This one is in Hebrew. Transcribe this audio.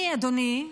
אני, אדוני,